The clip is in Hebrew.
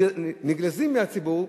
נגזלים מהציבור,